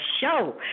show